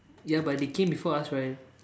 ya but they came before us right